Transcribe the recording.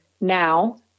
now